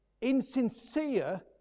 insincere